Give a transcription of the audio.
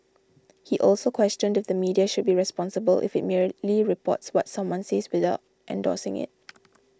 he also questioned if the media should be responsible if it merely reports what someone says without endorsing it